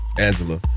Angela